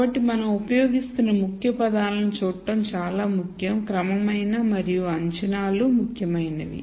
కాబట్టి మనం ఉపయోగిస్తున్న ముఖ్య పదాలను చూడటం చాలా ముఖ్యం క్రమమైన మరియు అంచనాలు ముఖ్యమైనవి